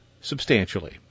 substantially